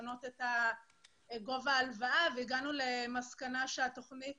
לשנות את גובה ההלוואה והגענו למסקנה שהתוכנית